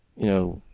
you know,